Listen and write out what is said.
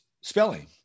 spelling